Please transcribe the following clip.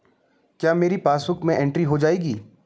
क्या मेरी पासबुक में एंट्री हो जाएगी?